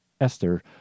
Esther